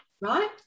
Right